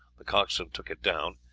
the coxswain took it down,